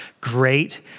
great